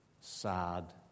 sad